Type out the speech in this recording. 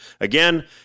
Again